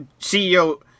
CEO